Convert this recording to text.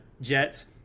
jets